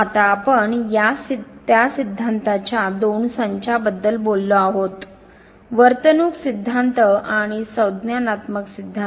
आता आपण त्या सिद्धांताच्या दोन संचांबद्दल बोललो आहोत वर्तणूक सिद्धांत आणि संज्ञानात्मक सिद्धांत